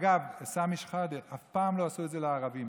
אגב, סמי שחאדה, אף פעם לא עשו את זה לערבים.